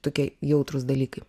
tokie jautrūs dalykai